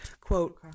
Quote